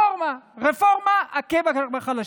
ונקרא לזה רפורמה, רפורמת הכה בחלשים.